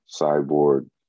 Cyborg